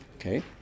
Okay